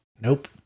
Nope